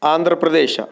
Andhra Pradesh